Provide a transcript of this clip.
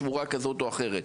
שמורה כזאת או אחרת.